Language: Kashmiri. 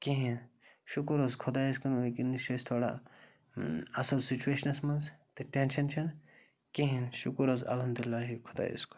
کِہیٖنۍ شُکُر حظ خۄدایَس کُن وٕکِنَس چھِ أسۍ تھوڑا اَصٕل سُچویشنَس منٛز تہٕ ٹٮ۪نشَن چھُنہٕ کِہیٖنۍ شُکُر حظ الحمد اللہِ خۄدایَس کُن